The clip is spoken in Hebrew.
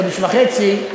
חודש וחצי,